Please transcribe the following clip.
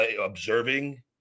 observing